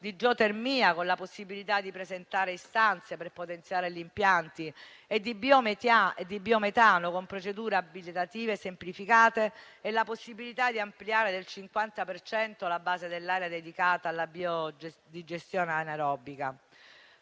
di geotermia, con la possibilità di presentare istanze per potenziare gli impianti; e di biometano, con procedure abilitative semplificate e la possibilità di ampliare del 50 per cento la base dell'area dedicata alla digestione anaerobica.